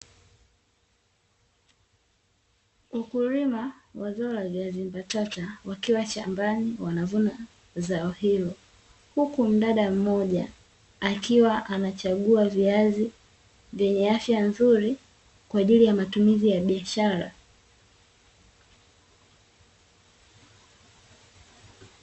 Mkulima wa zao la viazi mbatata wakiwa shambani wanavuna zao hilo, huku mdada mmoja akiwa anachagua viazi vyenye afya nzuri, kwaajili ya matumizi ya biashara.